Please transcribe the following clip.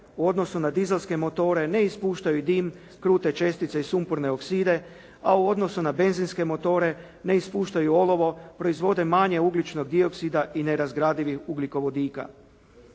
u odnosu na dizelske motore ne ispuštaju dim krute čestice i sumporne okside, a u odnosu na benzinske motore ne ispuštaju olovo, proizvode manje ugljičnog dioksida i ne razgradivi ugljikovodika.